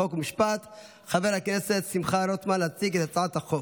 חוק ומשפט חבר הכנסת שמחה רוטמן להציג את הצעת החוק.